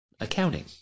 accounting